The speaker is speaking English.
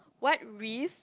what risk